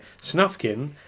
Snufkin